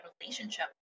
relationship